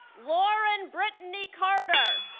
lauren brittany carter